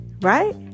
Right